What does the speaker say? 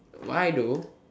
why though